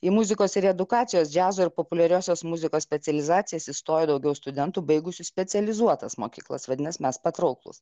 į muzikos ir edukacijos džiazo ir populiariosios muzikos specializacijas įstojo daugiau studentų baigusių specializuotas mokyklas vadinas mes patrauklūs